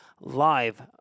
live